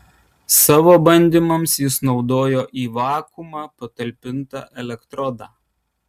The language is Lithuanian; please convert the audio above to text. savo bandymams jis naudojo į vakuumą patalpintą elektrodą